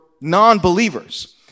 non-believers